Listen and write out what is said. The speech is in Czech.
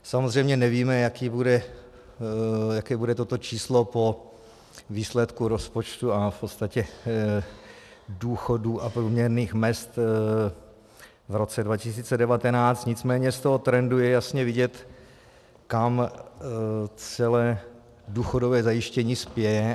Samozřejmě nevíme, jaké bude toto číslo po výsledku rozpočtu a v podstatě důchodů a průměrných mezd v roce 2019, nicméně z toho trendu je jasně vidět, kam celé důchodové zajištění spěje.